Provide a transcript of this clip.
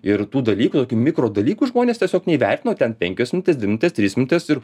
ir tų dalykų mikro dalykų žmonės tiesiog neįvertina o ten penkios minutės dvi minutės trys minutės ir